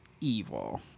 evil